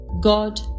God